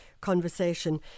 conversation